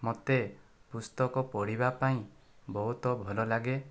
ମୋତେ ପୁସ୍ତକ ପଢ଼ିବା ପାଇଁ ବହୁତ ଭଲ ଲାଗେ